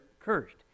cursed